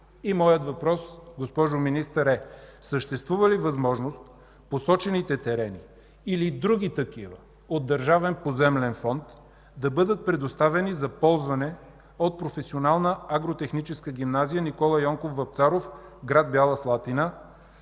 Моят въпрос, госпожо Министър, е: съществува ли възможност посочените терени или други такива от Държавен поземлен фонд да бъдат предоставени за ползване от Професионална агротехническа гимназия „Н. Й. Вапцаров” град Бяла Слатина,